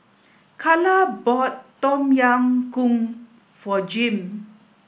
Kala bought Tom Yam Goong for Jim